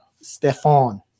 Stefan